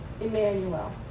Emmanuel